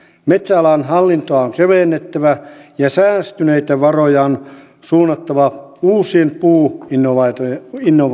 metsäalan hallintoa on kevennettävä ja säästyneitä varoja on suunnattava uusiin puuinnovaatioiden